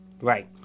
Right